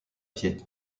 pied